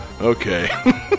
Okay